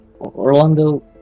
Orlando